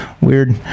weird